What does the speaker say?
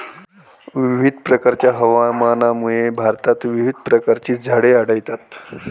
विविध प्रकारच्या हवामानामुळे भारतात विविध प्रकारची झाडे आढळतात